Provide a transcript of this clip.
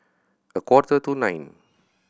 a quarter to nine